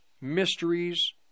mysteries